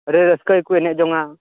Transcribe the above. ᱨᱟᱹ ᱨᱟᱹᱥᱠᱟᱹ ᱜᱮᱠᱚ ᱮᱱᱮᱡ ᱡᱚᱝᱼᱟ